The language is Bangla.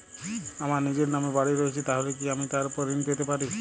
আমার নিজের নামে বাড়ী রয়েছে তাহলে কি আমি তার ওপর ঋণ পেতে পারি?